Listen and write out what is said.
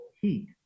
heat